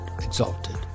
Exalted